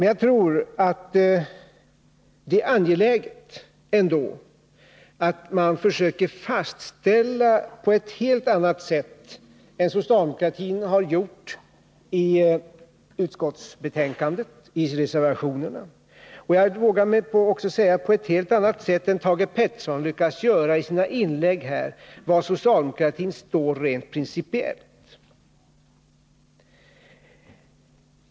Jag tror ändå att det är angeläget att man på ett helt annat sätt än vad socialdemokratin gjort i sina reservationer till utskottsbetänkandet och på ett helt annat sätt än vad Thage Peterson gjort i sina inlägg försöker fastställa var socialdemokratin står rent principiellt.